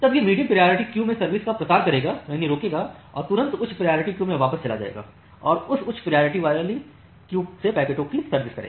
तब यह medium priority queue में सर्विस का प्रसार करेगा और तुरंत उच्च प्रायोरिटी क्यू में वापस चला जाएगा और उस उच्च प्रायोरिटी क्यू से पैकेटों की सर्विस करेगा